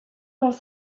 dans